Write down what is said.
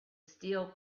steel